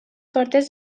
portes